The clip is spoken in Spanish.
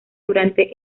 durante